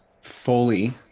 fully